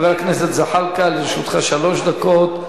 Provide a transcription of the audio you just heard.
חבר הכנסת זחאלקה, לרשותך שלוש דקות.